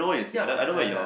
ya ya ya ya